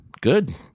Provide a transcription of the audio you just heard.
Good